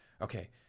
Okay